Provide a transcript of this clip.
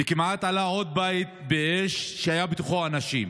ועוד בית שהיו בתוכו אנשים